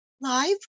live